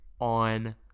On